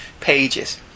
pages